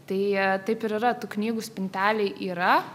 tai taip ir yra tų knygų spintelėj yra